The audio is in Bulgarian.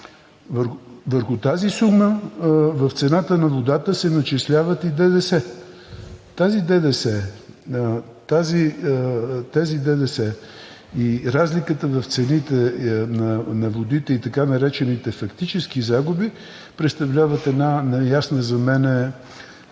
Върху тази сума в цената на водата се начислява и ДДС. Това ДДС и разликата в цените на водите и така наречените фактически загуби представляват една неясна за мен